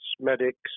medics